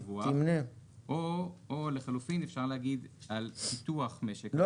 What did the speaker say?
תמנה או לחלופין אפשר לומר על פיתוח משק הגז הטבעי.